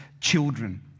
children